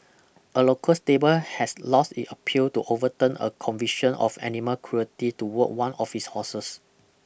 a local stable has lost it appeal to overturn a conviction of animal cruelty towards one of its horses